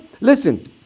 Listen